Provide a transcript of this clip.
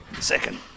Second